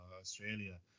Australia